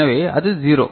எனவே அது 0